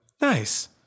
Nice